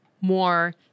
more